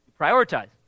Prioritize